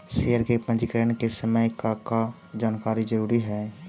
share के पंजीकरण के समय का का जानकारी जरूरी हई